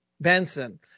Benson